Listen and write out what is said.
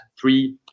three